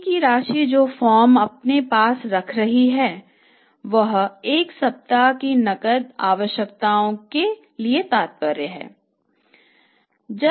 C की राशि जो फर्म अपने पास रख रही है वह एक सप्ताह की नकद आवश्यकताओं के लिए पर्याप्त है